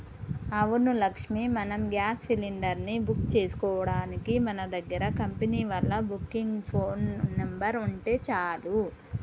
అవును లక్ష్మి మనం gas cylinder ని బుక్ చేసుకోవడానికి మన దగ్గర కంపెనీ వాళ్ళ బుకింగ్ ఫోన్ నెంబర్ ఉంటే చాలు